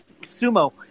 sumo